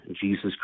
Jesus